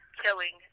killing